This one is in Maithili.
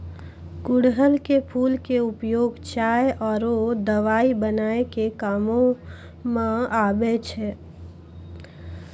गुड़हल के फूल के उपयोग चाय आरो दवाई बनाय के कामों म आबै छै